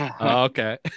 okay